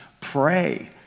pray